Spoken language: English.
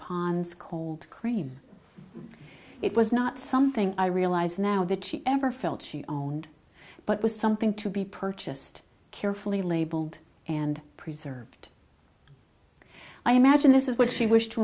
ponds cold cream it was not something i realize now that she ever felt she owned but was something to be purchased carefully labelled and preserved i imagine this is what she wished to